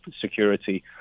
security